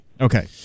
Okay